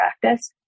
practice